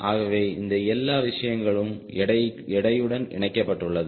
ஆகவே இந்த எல்லா விஷயங்களும் எடையுடன் இணைக்கப்பட்டுள்ளது